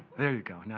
there you go. now